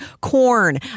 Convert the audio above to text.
corn